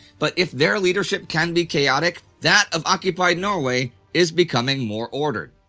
but if their leadership can be chaotic, that of occupied norway is becoming more ordered.